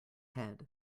head